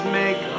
make